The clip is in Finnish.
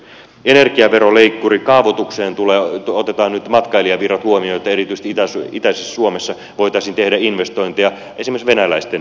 energiaveroleik kuri kaavoituksessa otetaan nyt matkailijavirrat huomioon että erityisesti itäisessä suomessa voitaisiin tehdä investointeja esimerkiksi venäläisten matkailijoitten virrat